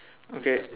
okay